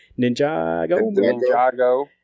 NinjaGo